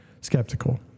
Skeptical